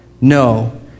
No